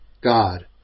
God